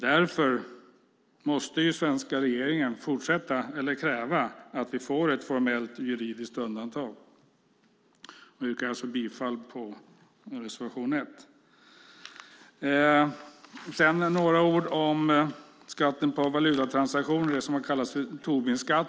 Därför måste den svenska regeringen kräva att vi får ett formellt juridiskt undantag. Jag yrkar bifall till reservation 1. Jag ska säga några ord om skatten på valutatransaktioner - det som också kallas för Tobinskatten.